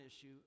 issue